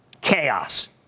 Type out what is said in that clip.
Chaos